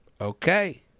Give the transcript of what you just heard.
Okay